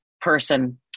person